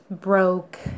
broke